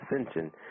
ascension